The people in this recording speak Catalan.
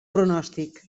pronòstic